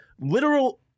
literal